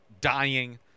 dying